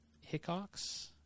hickox